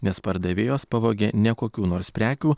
nes pardavėjos pavogė ne kokių nors prekių